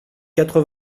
quatre